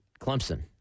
Clemson